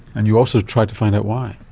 and you also tried to find out why.